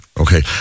okay